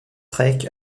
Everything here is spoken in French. track